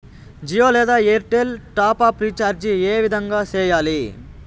జియో లేదా Airtel top up recharge ఏ విధంగా సేయాలి